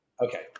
okay